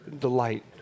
delight